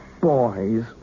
Boys